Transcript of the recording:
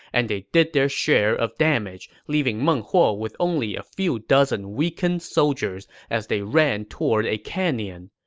and they did their share of damage, leaving meng huo with only a few dozen weakened soldiers as they ran toward a canyon.